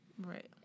Right